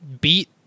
beat